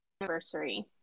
anniversary